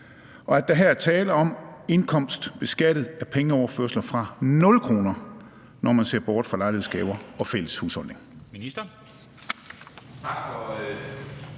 og at der her er tale om indkomst beskattet af pengeoverførsler fra 0 kr., når man ser bort fra lejlighedsgaver og fælles husholdning?